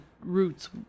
roots